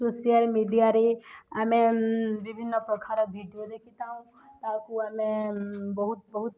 social ମିଡ଼ିଆରେ ଆମେ ବିଭିନ୍ନ ପ୍ରକାର ଭିଡ଼ିଓ ଦେଖିଥାଉଁ ତାକୁ ଆମେ ବହୁତ ବହୁତ